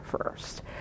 first